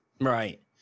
Right